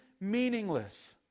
meaningless